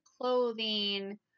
clothing